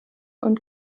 und